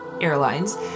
airlines